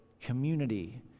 community